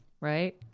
right